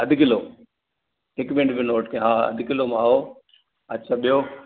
अधि किलो हिकु मिंट नोट कयां अधि किलो मावो अच्छा ॿियो